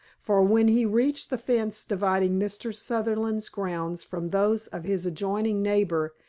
for when he reached the fence dividing mr. sutherland's grounds from those of his adjoining neighbour,